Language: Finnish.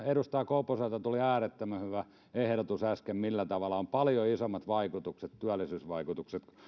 edustaja koposelta tuli äsken äärettömän hyvä ehdotus millä tavalla olisi paljon isommat työllisyysvaikutukset